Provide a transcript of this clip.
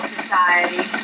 Society